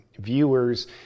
viewers